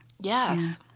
Yes